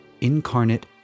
incarnate